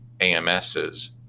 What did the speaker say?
AMS's